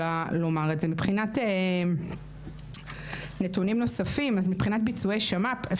מבחינת נתונים נוספים אז מבחינת ביצועי שמ"פ,